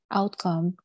outcome